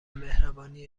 مهربانی